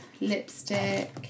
lipstick